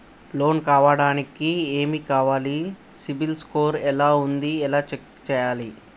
Loan కావడానికి ఏమి కావాలి సిబిల్ స్కోర్ ఎలా ఉంది ఎలా చెక్ చేయాలి?